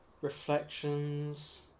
reflections